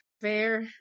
fair